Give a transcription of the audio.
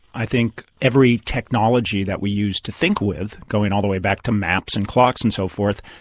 i think every technology that we use to think with, going all the way back to maps and clocks and so forth,